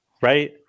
Right